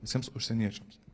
visiems užsieniečiams